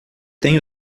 tem